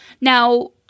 Now